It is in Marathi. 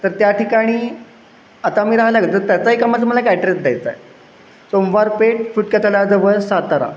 तर त्या ठिकाणी आता मी राहायला गेलो तर त्याचा एक माझं मला काय ॲड्रेस द्यायचा आहे सोमवार पेठ फुटका तलावाजवळ सातारा